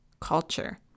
culture